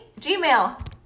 gmail